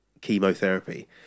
chemotherapy